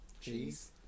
Cheese